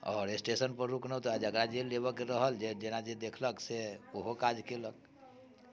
आओर स्टेशन पर रुकलहुँ तऽ जेकरा जे लेबऽके रहल चाहे जेना जे देखलक से ओहो से काज कयलक